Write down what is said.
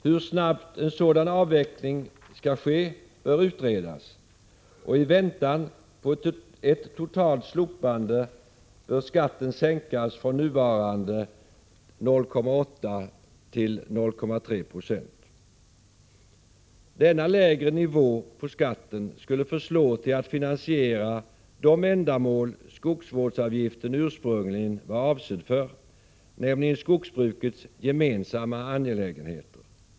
Hur snabbt en sådan avveckling skall ske bör utredas, och i väntan på ett totalt slopande bör skatten sänkas från nuvarande 0,8 till 0,3 90. Denna lägre nivå på skatten skulle förslå till att finansiera de ändamål skogsvårdsavgiften ursprungligen var avsedd för, nämligen skogsbrukets gemensamma angelägenheter.